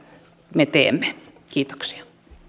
me teemme kiitoksia